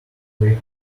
way